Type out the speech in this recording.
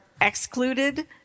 excluded